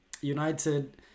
United